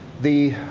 the